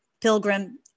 Pilgrim